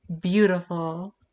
Beautiful